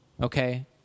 okay